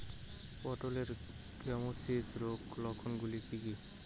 পটলের গ্যামোসিস রোগের লক্ষণগুলি কী কী?